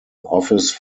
office